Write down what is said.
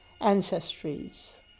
ancestries